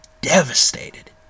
devastated